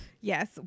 Yes